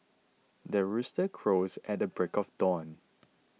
the rooster crows at the break of dawn